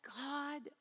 God